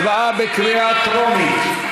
הצבעה בקריאה טרומית.